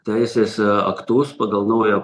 teisės aktus pagal naują